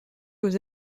aux